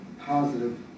positive